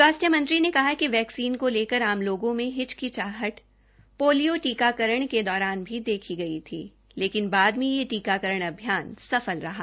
स्वास्थ्य मंत्री ने कहा कि वैक्सीन को लेकर आम लोगों में हिचकिचाहट पोलियो टीकाकरण के दौरान भी देखी गई थी लेकिन बाद में यह टीकाकरण अभियान सफल रहा